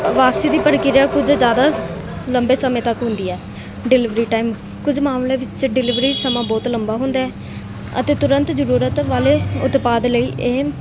ਵਾਪਸੀ ਦੀ ਪ੍ਰਕਿਰਿਆ ਕੁਝ ਜ਼ਿਆਦਾ ਲੰਬੇ ਸਮੇਂ ਤੱਕ ਹੁੰਦੀ ਹੈ ਡਿਲੀਵਰੀ ਟਾਈਮ ਕੁਝ ਮਾਮਲੇ ਵਿੱਚ ਡਿਲੀਵਰੀ ਸਮਾਂ ਬਹੁਤ ਲੰਬਾ ਹੁੰਦਾ ਅਤੇ ਤੁਰੰਤ ਜ਼ਰੂਰਤ ਵਾਲੇ ਉਤਪਾਦ ਲਈ ਇਹ